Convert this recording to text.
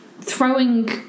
throwing